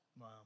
Wow